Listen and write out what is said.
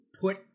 put